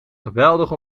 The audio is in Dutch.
geweldig